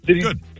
Good